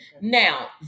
Now